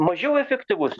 mažiau efektyvus